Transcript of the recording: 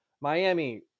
Miami